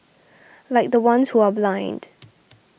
like the ones who are blind